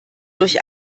durch